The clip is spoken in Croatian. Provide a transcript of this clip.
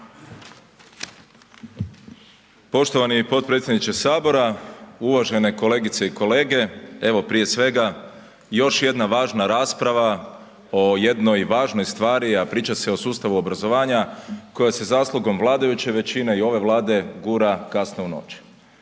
Poštovani potpredsjedniče Sabora, uvažene kolegice i kolege, evo prije svega još jedna važna rasprava o jednoj važnoj stvari a priča se o sustavu obrazovanja koje se zaslugom vladajuće većine i ove Vlade gura kasno u noć.